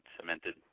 cemented